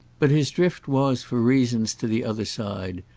but his drift was, for reasons, to the other side,